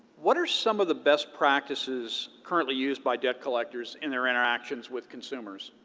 what are some of the best practices currently used by debt collectors in their interactions with consumers?